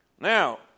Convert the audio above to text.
Now